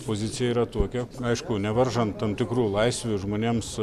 pozicija yra tokia aišku nevaržant tam tikrų laisvių žmonėms